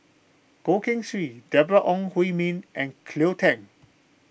Goh Keng Swee Deborah Ong Hui Min and Cleo Thang